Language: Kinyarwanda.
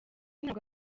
ntabwo